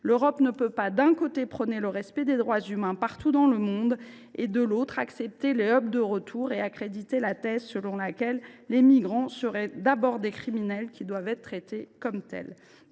L’Europe ne peut pas, d’un côté, prôner le respect des droits humains partout dans le monde et, de l’autre, accepter les « de retour » et accréditer la thèse selon laquelle les migrants seraient d’abord des criminels devant être traités comme tels.